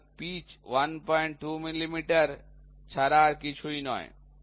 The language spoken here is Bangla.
সুতরাংপিচ ১২৫ মিলি মিটার ছাড়া আর কিছুই নয়